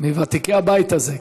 מוותיקי הבית הזה,